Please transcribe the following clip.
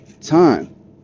Time